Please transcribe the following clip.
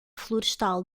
florestal